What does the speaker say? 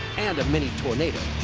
and a mini tornado.